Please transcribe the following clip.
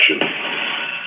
action